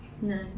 No